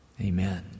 Amen